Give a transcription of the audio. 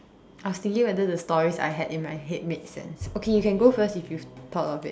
I was thinking whether the stories I had in my head made sense okay you can go first if you thought of it